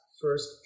First